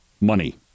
money